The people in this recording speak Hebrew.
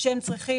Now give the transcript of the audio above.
שהם צריכים